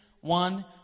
one